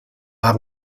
عقل